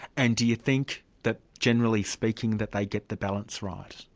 and do you think that generally speaking that they get the balance right?